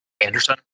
Anderson